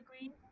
agree